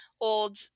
old